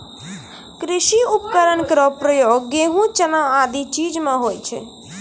कृषि उपकरण केरो प्रयोग गेंहू, चना आदि चीज म होय छै